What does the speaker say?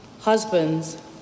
Husbands